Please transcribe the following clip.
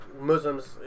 Muslims